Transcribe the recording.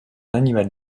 animal